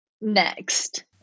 next